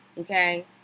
Okay